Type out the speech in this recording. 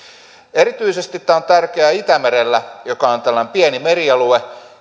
erityisesti tämä on tärkeä itämerellä joka on tällainen pieni merialue